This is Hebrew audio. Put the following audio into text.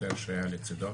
לשוטר שהיה לצדו.